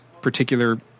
particular